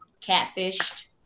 catfished